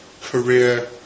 career